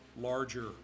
larger